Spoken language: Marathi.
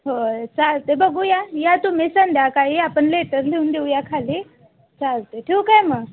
होय चालतं आहे बघूया या तुम्ही संध्याकाळी आपण लेटर लिहून देऊया खाली चालतं आहे ठेवू काय मग